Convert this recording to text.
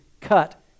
cut